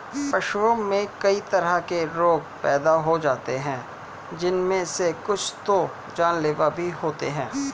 पशुओं में कई तरह के रोग पैदा हो जाते हैं जिनमे से कुछ तो जानलेवा भी होते हैं